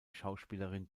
schauspielerin